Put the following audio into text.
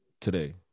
today